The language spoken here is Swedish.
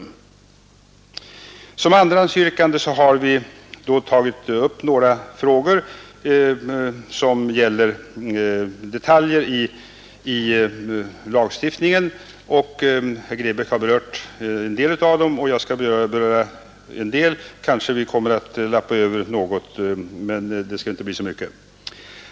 I ett andrahandsyrkande har vi tagit upp nägra frägor som gäller detaljer i lagstiftningen. Herr Grebäck har berört en del av dem och jag skall beröra en del; kanske vi kommer att lappa över nägot, men det skall väl inte bli så mycket.